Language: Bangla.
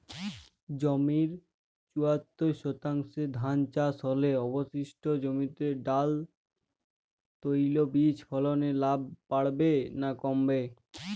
জমির চুয়াত্তর শতাংশে ধান চাষ হলে অবশিষ্ট জমিতে ডাল তৈল বীজ ফলনে লাভ বাড়বে না কমবে?